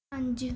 ਪੰਜ